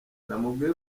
namubwiye